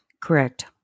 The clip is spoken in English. Correct